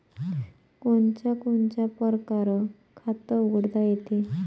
कोनच्या कोनच्या परकारं खात उघडता येते?